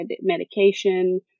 medication